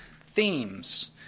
themes